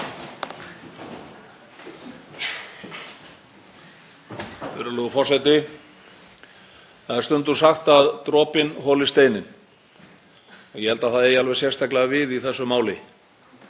Virðulegur forseti. Það er stundum sagt að dropinn holi steininn og ég held að það eigi alveg sérstaklega við í þessu máli.